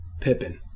Pippin